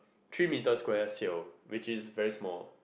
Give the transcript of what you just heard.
three metre square seal which is very small